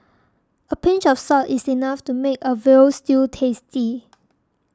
a pinch of salt is enough to make a Veal Stew tasty